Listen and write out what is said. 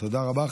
תודה רבה.